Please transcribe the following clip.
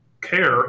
care